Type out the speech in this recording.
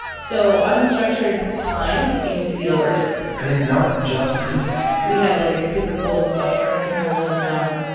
so unstructured time seems to be the worst and it's not just recess we have, like, a super-cool splash park in our little town.